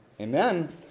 Amen